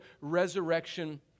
resurrection